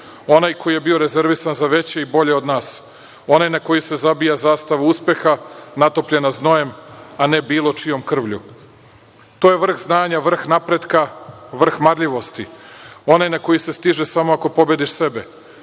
onaj koji je bio rezervisan za veće i bolje od nas, onaj na koji se zabija zastava uspeha natopljena znojem, a ne bilo čijom krvlju. To je vrh znanja, vrh napretka, vrh marljivosti, onaj na koji se stiže samo ako pobediš sebe,